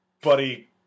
buddy